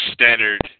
standard